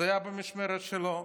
זה היה במשמרת שלו.